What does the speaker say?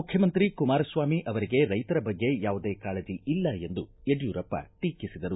ಮುಖ್ಜಮಂತ್ರಿ ಕುಮಾರಸ್ವಾಮಿ ಅವರಿಗೆ ರೈತರ ಬಗ್ಗೆ ಯಾವುದೇ ಕಾಳಜಿ ಇಲ್ಲ ಎಂದು ಯಡ್ಕೂರಪ್ಪ ಟೀಕಿಸಿದರು